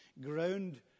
ground